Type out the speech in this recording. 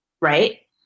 right